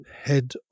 head